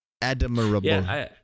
Admirable